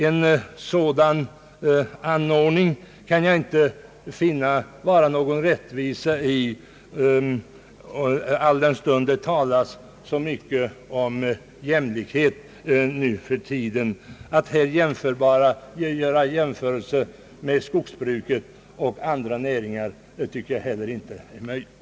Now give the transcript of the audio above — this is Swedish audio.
En sådan anordning kan jag inte finna någon rättvisa i, i synnerhet som det nu för tiden talas så mycket om jämlikhet. Att göra jämförelser mellan skogsbruket och andra näringar tycker jag heller inte är möjligt.